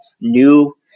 new